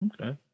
Okay